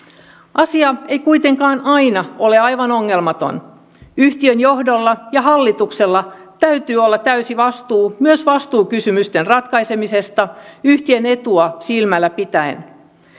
asia ei kuitenkaan aina ole aivan ongelmaton yhtiön johdolla ja hallituksella täytyy olla täysi vastuu myös vastuukysymysten ratkaisemisesta yhtiön etua silmällä pitäen